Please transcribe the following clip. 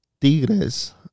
Tigres